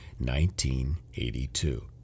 1982